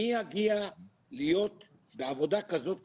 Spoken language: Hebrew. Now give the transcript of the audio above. מי יגיע להיות בעבודה כזאת קשה,